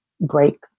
break